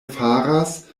faras